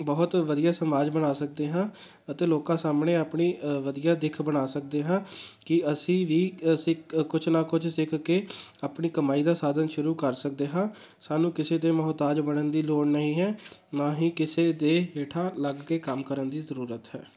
ਬਹੁਤ ਵਧੀਆ ਸਮਾਜ ਬਣਾ ਸਕਦੇ ਹਾਂ ਅਤੇ ਲੋਕਾਂ ਸਾਹਮਣੇ ਆਪਣੀ ਵਧੀਆ ਦਿੱਖ ਬਣਾ ਸਕਦੇ ਹਾਂ ਕਿ ਅਸੀਂ ਵੀ ਅਸੀਂ ਕੁਝ ਨਾ ਕੁਝ ਸਿੱਖ ਕੇ ਆਪਣੀ ਕਮਾਈ ਦਾ ਸਾਧਨ ਸ਼ੁਰੂ ਕਰ ਸਕਦੇ ਹਾਂ ਸਾਨੂੰ ਕਿਸੇ ਦੇ ਮੁਹਤਾਜ ਬਣਨ ਦੀ ਲੋੜ ਨਹੀਂ ਹੈ ਨਾ ਹੀ ਕਿਸੇ ਦੇ ਹੇਠਾਂ ਲੱਗ ਕੇ ਕੰਮ ਕਰਨ ਦੀ ਜ਼ਰੂਰਤ ਹੈ